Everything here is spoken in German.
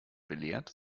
belehrt